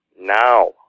now